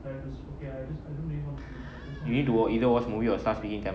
you need to either watch movie or start singing tamil at home